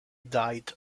died